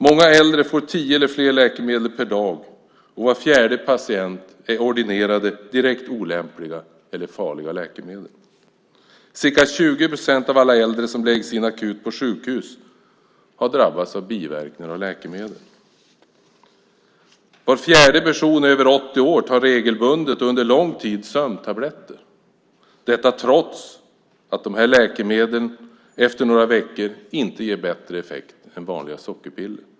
Många äldre får tio eller fler läkemedel per dag, och var fjärde patient är ordinerad direkt olämpliga eller farliga läkemedel. Ca 20 procent av alla äldre som läggs in akut på sjukhus har drabbats av biverkningar av läkemedel. Var fjärde person över 80 år tar regelbundet och under lång tid sömntabletter - detta trots att de här läkemedlen efter några veckor inte ger bättre effekt än vanliga sockerpiller.